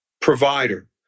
provider